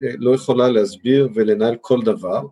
לא יכולה להסביר ולנהל כל דבר.